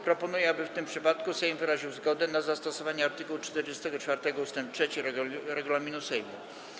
Proponuję, aby w tym przypadku Sejm wyraził zgodę na zastosowanie art. 44 ust. 3 regulaminu Sejmu.